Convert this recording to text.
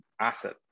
asset